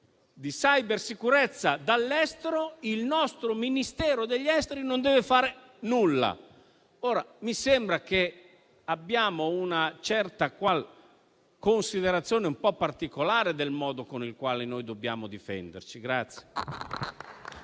di cybersicurezza dall'estero, il nostro Ministero degli affari esteri non deve fare nulla. Mi sembra che abbiamo una considerazione un po' particolare del modo con il quale dobbiamo difenderci.